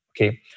okay